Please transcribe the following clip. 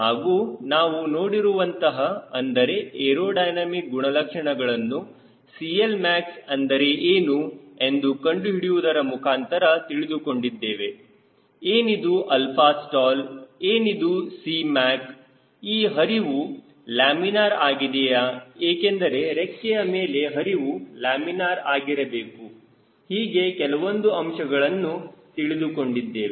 ಹಾಗೂ ನಾವು ನೋಡಿರುವಂತಹ ಅಂದರೆ ಏರೋಡೈನಮಿಕ್ ಗುಣಲಕ್ಷಣಗಳನ್ನು CLmax ಅಂದರೆ ಏನು ಎಂದು ಕಂಡುಹಿಡಿಯುವುದರ ಮುಖಾಂತರ ತಿಳಿದುಕೊಂಡಿದ್ದೇವೆ ಏನಿದು ಆಲ್ಫಾ ಸ್ಟಾಲ್ ಏನಿದು Cmac ಈ ಹರಿವು ಲ್ಯಾಮಿನಾರ್ ಆಗಿದೆಯಾ ಏಕೆಂದರೆ ರೆಕ್ಕೆಯ ಮೇಲೆ ಹರಿವು ಲ್ಯಾಮಿನಾರ್ ಆಗಿರಬೇಕು ಹೀಗೆ ಕೆಲವೊಂದು ಅಂಶಗಳನ್ನು ತಿಳಿದುಕೊಂಡಿದ್ದೇವೆ